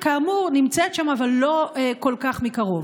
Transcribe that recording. כאמור, נמצאת שם, אבל לא כל כך מקרוב.